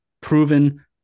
proven